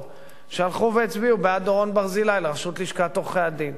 שהלכו והצביעו בעד דורון ברזילי לראשות לשכת עורכי-הדין,